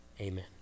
Amen